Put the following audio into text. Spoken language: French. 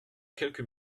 quelques